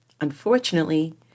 Unfortunately